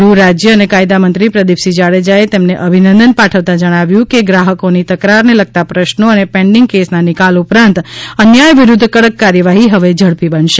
ગૃહ રાજય અને કાયદા મંત્રી પ્રદિપસિંહ જાડેજાએ તેમણે અભિનંદન પાઠવતા જણાવ્યું છે કે ગ્રાહકોની તકરારને લગતા પ્રશ્નો અને પેન્ડિંગ કેસના નિકાલ ઉપરાંત અન્યાય વિરૂધ્ધ કડક કાર્યવાહી હવે ઝડપી બનશે